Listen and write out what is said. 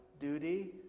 duty